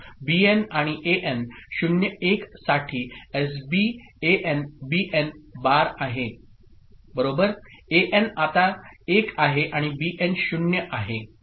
BN आणि AN 0 1 साठी SB AN BN bar आहे राइट एएन आता 1 आहे आणि बीएन 0 आहे